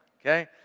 okay